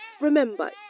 Remember